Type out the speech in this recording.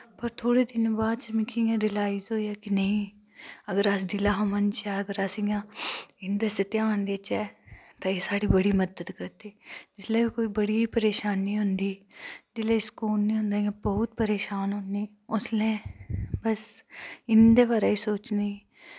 पर थोह्ड़े दिनें बाद च मिकी इ'यां रिलाईज होया कि नेईं अगर अस दिला हा मनचै अस इ'यां इन्दे आस्से ध्यान देचै तां एह् साढ़ी बड़ी मदद करदे जिसलै बी कोई बड़ी परेशानी होंदी दिले सकून निं होंदा इ'यां बहुत परेशान होंन्ने उसलै बस इंदे बारे सोचनी